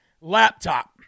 laptop